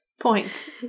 points